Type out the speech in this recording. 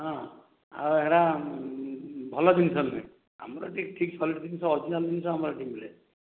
ହଁ ଆଉ ସେଗୁଡ଼ିକ ଭଲ ଜିନିଷ ନୁହଁ ଆମର ଠିକ୍ କ୍ୱାଲିଟି ଅରଜିନାଲ୍ ଜିନିଷ ଏଠି ମିଳେ